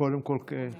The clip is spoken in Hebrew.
כול הוא יענה